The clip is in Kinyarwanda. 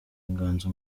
inganzo